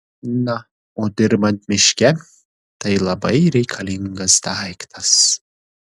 na o dirbant miške tai labai reikalingas daiktas